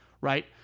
right